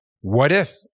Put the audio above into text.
what-if